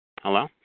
Hello